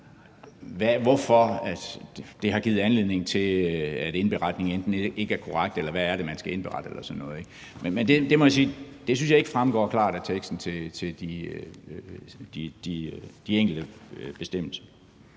hvorfor det har givet anledning til, at indberetningen ikke er korrekt, eller hvad det er, man skal indberette eller sådan noget. Men der må jeg sige, at det synes jeg ikke fremgår klart af teksten til de enkelte bestemmelser.